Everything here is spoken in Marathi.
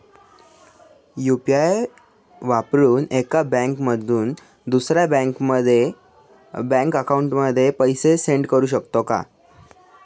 यु.पी.आय वापरून एका बँक अकाउंट मधून दुसऱ्या बँक अकाउंटमध्ये पैसे ट्रान्सफर करू शकतो का?